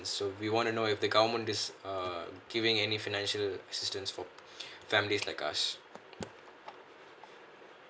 so we wanna know if the government is uh giving any financial assistance for families like us